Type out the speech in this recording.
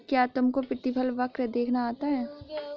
क्या तुमको प्रतिफल वक्र देखना आता है?